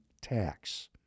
tax